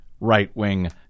right-wing